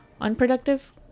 unproductive